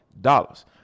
dollars